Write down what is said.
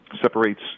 separates